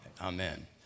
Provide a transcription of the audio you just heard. Amen